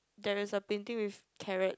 there is a painting with carrots